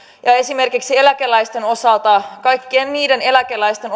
ja esimerkiksi eläkeläisten osalta ostovoima laskee kaikkien niiden eläkeläisten